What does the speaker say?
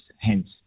hence